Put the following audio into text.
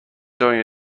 doing